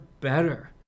better